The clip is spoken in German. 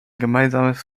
gemeinsames